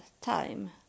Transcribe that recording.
time